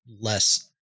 less